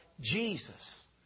Jesus